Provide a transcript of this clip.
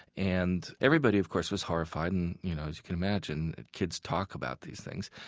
and everybody of course was horrified, and you know, as you can imagine. kids talk about these things.